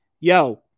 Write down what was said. Yo